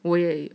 我也